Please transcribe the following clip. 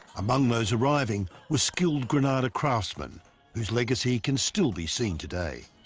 among those arriving were skilled granada craftsmen whose legacy can still be seen today.